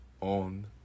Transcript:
on